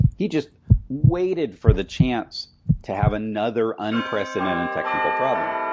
he just waited for the chance to have another unprecedented technical problem.